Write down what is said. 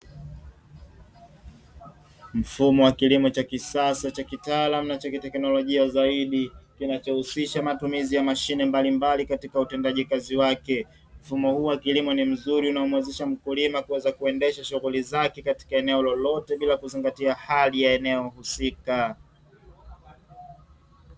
Mfumo wa kilimo cha kisasa cha kitaalamu na cha kiteknolojia zaidi kinachohusisha matumizi ya mashine mbalimbali katika utendaji kazi wake. Mfumo huu wa kilimo ni mzuri unaomuwezesha mkulima kuweza kuendesha shughuli zake katika eneo lolote bila kuzingatia hali ya eneo husika.